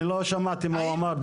אני לא שמעתי מה הוא אמר,